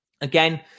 again